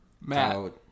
matt